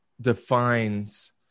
defines